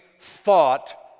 thought